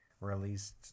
released